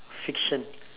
fiction